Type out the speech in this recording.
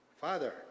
Father